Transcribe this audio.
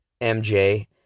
MJ